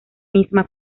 misma